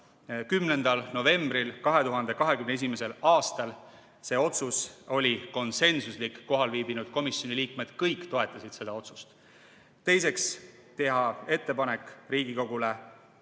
10. novembriks 2021. aastal. See otsus oli konsensuslik, kohal viibinud komisjoni liikmed kõik toetasid seda otsust. Teiseks otsustati teha Riigikogule